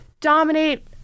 dominate